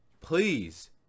please